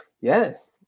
Yes